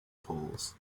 poles